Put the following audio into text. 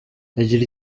agira